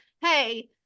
hey